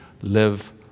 live